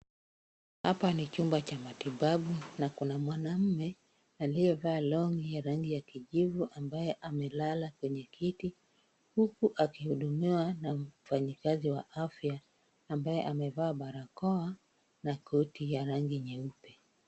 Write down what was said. Hapa ni chumba cha matibabu na kuna mwanaume aliyevaa long'i ya rangi ya kijivu, ambaye amelala kwenye kiti, huku akihudumiwa na mfanyikazi wa afya, ambaye amevaa barakoa na koti ya rangi nyeupe.